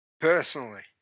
Personally